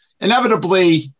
inevitably